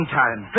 time